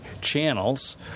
channels